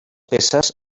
peces